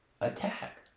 attack